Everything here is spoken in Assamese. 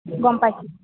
গম পাইছোঁ